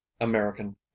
American